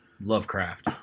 lovecraft